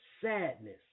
sadness